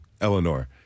Eleanor